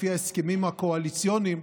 לפי ההסכמים הקואליציוניים,